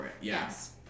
Yes